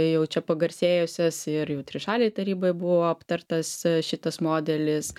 jau čia pagarsėjusias ir jau trišalėj taryboj buvo aptartas šitas modelis